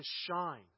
shine